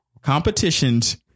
competitions